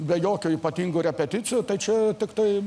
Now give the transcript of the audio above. be jokių ypatingų repeticijų tai čia tiktai